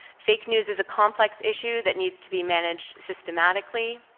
fake news is a complex issue that needs to be managed systematically,